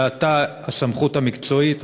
ואתה הסמכות המקצועית,